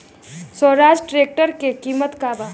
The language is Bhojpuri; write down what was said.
स्वराज ट्रेक्टर के किमत का बा?